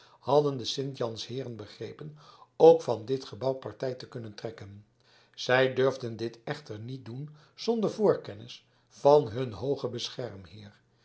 hadden de sint jans heeren begrepen ook van dit gebouw partij te kunnen trekken zij durfden dit echter niet doen zonder voorkennis van hun hoogen beschermheer